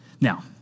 Now